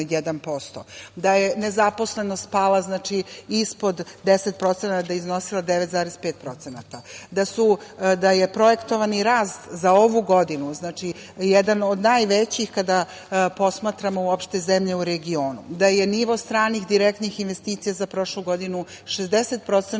da je nezaposlenost pala ispod 10%, da je iznosila 9,5%, da je projektovani rast za ovu godinu, jedan od najvećih kada posmatramo uopšte zemlje u regionu, da je nivo stranih direktnih investicija za prošlu godinu 60%